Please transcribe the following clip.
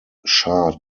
sha